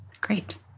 Great